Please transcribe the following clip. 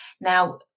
Now